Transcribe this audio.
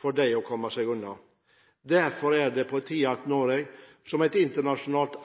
for dem å komme seg unna. Derfor er det på tide at Norge, som er internasjonalt